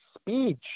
speech